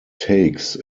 takes